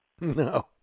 No